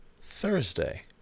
Thursday